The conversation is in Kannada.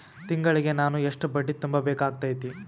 ತಿಂಗಳಿಗೆ ನಾನು ಎಷ್ಟ ಬಡ್ಡಿ ತುಂಬಾ ಬೇಕಾಗತೈತಿ?